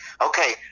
Okay